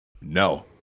no